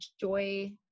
joy